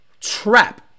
trap